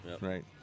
right